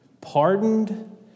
pardoned